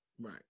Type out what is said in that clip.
Right